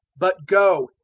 but go,